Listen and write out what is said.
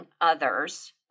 others